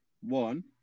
one